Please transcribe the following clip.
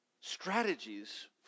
strategies